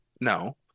no